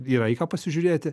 yra į ką pasižiūrėti